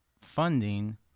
funding